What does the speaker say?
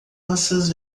maçãs